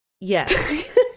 Yes